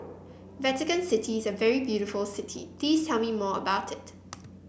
Vatican City is a very beautiful city please tell me more about it